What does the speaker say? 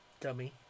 Dummy